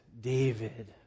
David